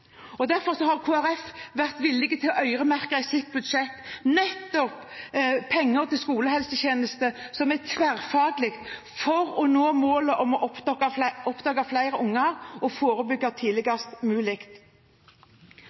Derfor har Kristelig Folkeparti vært villig til å øremerke i sitt budsjett nettopp penger til skolehelsetjenesten, som er tverrfaglig, for å nå målet om å oppdage flere barn og forebygge så tidlig som mulig.